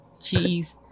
jeez